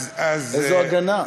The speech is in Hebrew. איזו הגנה.